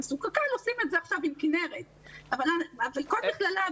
קק"ל עושים את זה עכשיו עם כנרת, אבל כל מכללה,